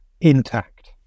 intact